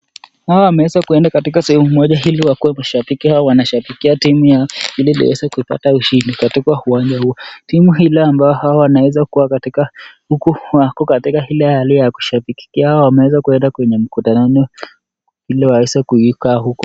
Hawa wameweza kwenda kwa sehemu moja ili wakuwe mashabiki, wanashabikia timu yao ili waweze kupata ushindi katika uwanja huo. Timu ile ambao hawa wanaweza kuwa katika huku wakiwa wako katika ile hali ya kushabikia, wao wameweza kuenda kwenye mkutano ili waweze kukaa huko.